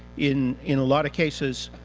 in in a lot of cases